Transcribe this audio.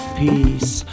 peace